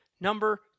number